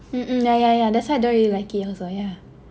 mm mm yeah yeah yeah that's why I don't really like it also yeah